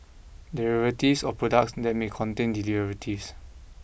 derivatives or products that may contain derivatives